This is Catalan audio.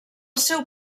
seu